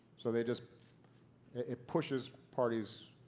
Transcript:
so they just it pushes parties